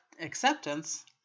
acceptance